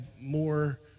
more